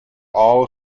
all